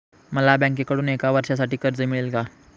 मला बँकेकडून एका वर्षासाठी कर्ज मिळेल का?